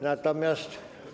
Natomiast.